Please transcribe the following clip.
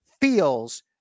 feels